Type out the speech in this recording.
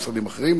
משרדים אחרים,